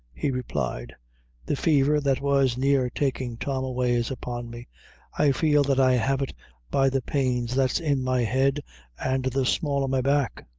he replied the fever that was near taking tom away, is upon me i feel that i have it by the pains that's in my head and the small o' my back.